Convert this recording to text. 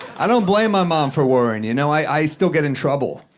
i don't blame my mom for worrying, you know? i still get in trouble.